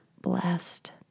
blessed